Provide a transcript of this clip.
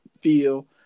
feel